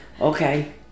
okay